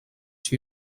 two